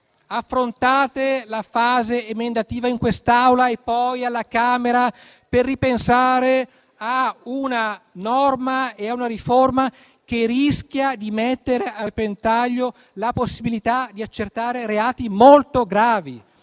affrontate la fase emendativa in quest'Aula e poi alla Camera per ripensare a una norma e a una riforma che rischia di mettere a repentaglio la possibilità di accertare reati molto gravi.